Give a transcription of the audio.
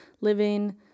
living